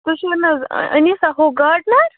تُہۍ چھُو نہٕ حظ أنیٖسا ہُہ گاڈٕنَر